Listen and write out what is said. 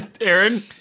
Aaron